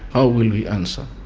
how will we answer?